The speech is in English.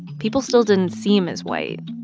people still didn't see him as white.